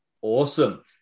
awesome